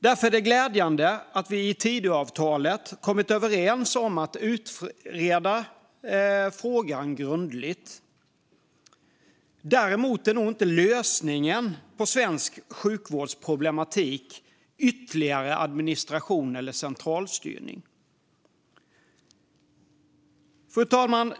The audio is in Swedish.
Därför är det glädjande att vi i Tidöavtalet kommit överens om att utreda frågan grundligt. Däremot är nog inte lösningen på svensk sjukvårds problematik ytterligare administration eller centralstyrning. Fru talman!